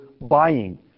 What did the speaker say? buying